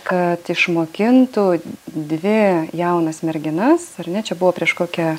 kad išmokintų dvi jaunas merginas ar ne čia buvo prieš kokią